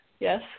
Yes